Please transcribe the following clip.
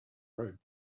road